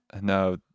No